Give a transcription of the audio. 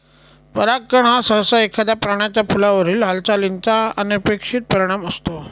परागकण हा सहसा एखाद्या प्राण्याचा फुलावरील हालचालीचा अनपेक्षित परिणाम असतो